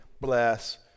bless